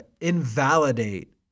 invalidate